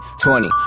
twenty